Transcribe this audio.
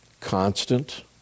constant